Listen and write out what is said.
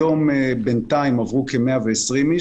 היום בינתיים עברו כ-120 אנשים.